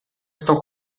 estão